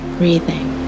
breathing